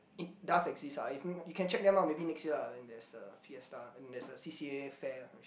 it does exist ah you can you check them out maybe next year ah when there's a fiesta and there's A C_C_A fair I'm not sure